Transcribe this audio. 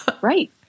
right